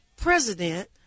president